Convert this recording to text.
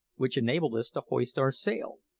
which enabled us to hoist our sail.